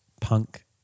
punk